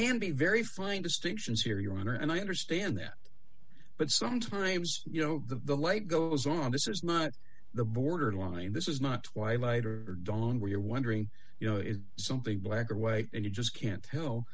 be very fine distinctions here your honor and i understand that but sometimes you know the light goes on this is not the border line this is not twilight or dawn where you're wondering you know is something black or white and you just can't hello